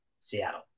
Seattle